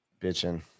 Bitching